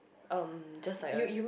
um just like a